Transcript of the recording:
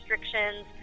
restrictions